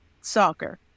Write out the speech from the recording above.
soccer